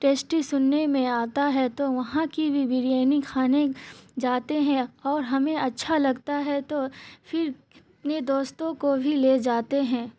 tasty سننے میں آتا ہے تو وہاں کی بھی بریانی کھانے جاتے ہیں اور ہمیں اچھا لگتا ہے تو پھر اپنے دوستوں کو بھی لے جاتے ہیں